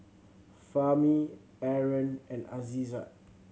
Fahmi Aaron and Aizat